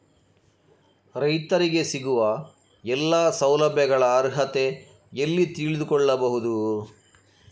ರೈತರಿಗೆ ಸಿಗುವ ಎಲ್ಲಾ ಸೌಲಭ್ಯಗಳ ಅರ್ಹತೆ ಎಲ್ಲಿ ತಿಳಿದುಕೊಳ್ಳಬಹುದು?